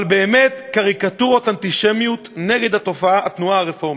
אבל באמת קריקטורות אנטישמיות נגד התנועה הרפורמית.